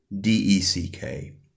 D-E-C-K